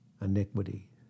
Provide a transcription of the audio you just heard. iniquity